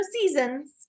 seasons